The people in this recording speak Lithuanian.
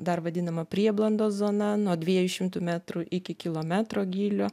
dar vadinama prieblandos zona nuo dviejų šimtų metrų iki kilometro gylio